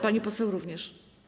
Pani poseł również.